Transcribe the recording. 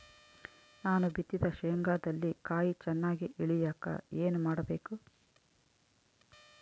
ನಾನು ಬಿತ್ತಿದ ಶೇಂಗಾದಲ್ಲಿ ಕಾಯಿ ಚನ್ನಾಗಿ ಇಳಿಯಕ ಏನು ಮಾಡಬೇಕು?